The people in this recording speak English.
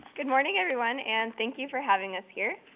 good morning, everyone. and thank you for having us here.